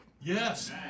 Yes